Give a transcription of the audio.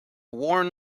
worn